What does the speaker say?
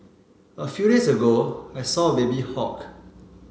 a few days ago I saw a baby hawk